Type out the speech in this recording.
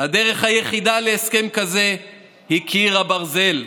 הדרך היחידה להסכם כזה היא קיר הברזל,